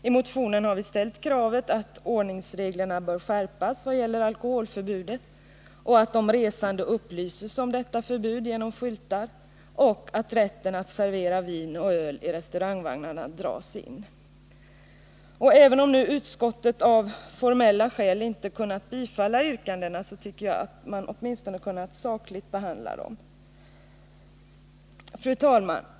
I motionen har vi anfört att ordningsreglerna bör skärpas vad gäller alkoholförbudet, att de resande genom skyltar bör upplysas om detta förbud och att rätten att servera vin och öl i restaurangvagnarna bör dras in. Även om utskottet nu av formella skäl inte kunnat bifallit yrkandena tycker jag att man åtminstone kunnat sakligt behandla dem. Fru talman!